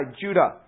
Judah